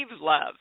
love